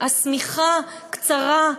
השמיכה קצרה,